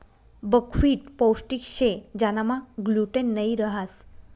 buckwheat पोष्टिक शे ज्यानामा ग्लूटेन नयी रहास